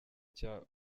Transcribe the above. cya